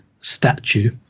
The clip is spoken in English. statue